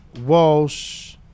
Walsh